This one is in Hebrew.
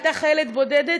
הייתה חיילת בודדה,